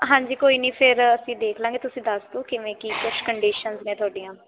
ਹਾਂਜੀ ਕੋਈ ਨਹੀਂ ਫੇਰ ਅਸੀਂ ਦੇਖ ਲਵਾਂਗੇ ਤੁਸੀਂ ਦੱਸ ਦਿਉ ਕਿਵੇਂ ਕੀ ਕੁਛ ਕੰਡੀਸ਼ਨਸ ਨੇ ਤੁਹਾਡੀਆਂ